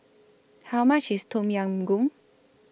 How much IS Tom Yam Goong